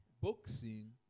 Boxing